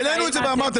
עמותה של מיסיון,